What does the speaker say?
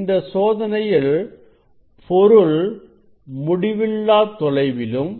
இந்த சோதனையில் பொருள் முடிவில்லா தொலைவிலும்